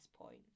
point